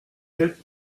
sept